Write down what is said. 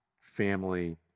family